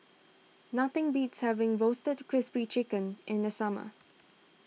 nothing beats having Roasted Crispy Chicken in the summer